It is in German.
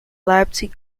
leipzig